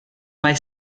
mai